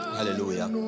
Hallelujah